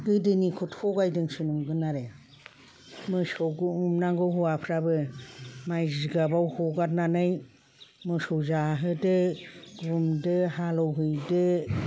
गोदोनिखौ थगायदोंसो नंगोन आरो मोसौ गुमनांगौ हौवाफ्राबो माइ जिगाबाव हगारनानै मोसौ जाहोदो गुमदो हालेवहैदो